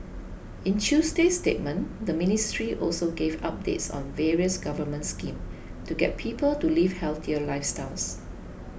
in Tuesday's statement the ministry also gave updates on various government schemes to get people to live healthier lifestyles